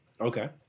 Okay